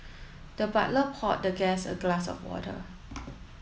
the butler poured the guest a glass of water